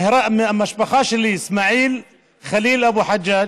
מהמשפחה שלי, איסמעיל חליל אבו חג'ג',